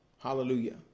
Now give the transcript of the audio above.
Hallelujah